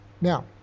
Now